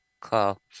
call